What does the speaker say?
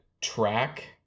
track